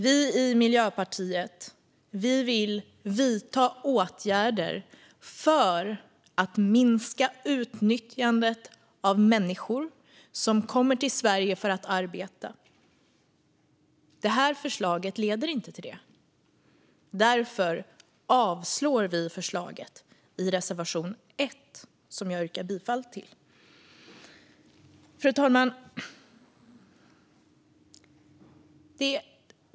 Vi i Miljöpartiet vill vidta åtgärder för att minska utnyttjandet av människor som kommer till Sverige för att arbeta. Det här förslaget leder inte till det. Därför avslår vi förslaget i vår reservation 1, som jag yrkar bifall till. Fru talman!